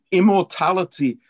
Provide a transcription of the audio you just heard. immortality